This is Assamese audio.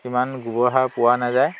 ইমান গোবৰ সাৰ পোৱা নাযায়